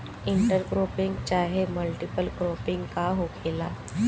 Inter cropping चाहे multiple cropping का होखेला?